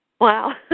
Wow